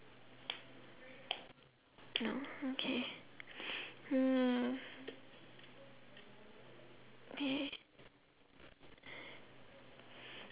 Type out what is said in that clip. hmm okay hmm okay